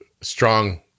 strong